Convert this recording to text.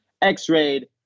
x-rayed